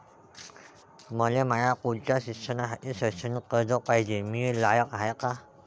मले माया पुढच्या शिक्षणासाठी शैक्षणिक कर्ज पायजे, मी लायक हाय का?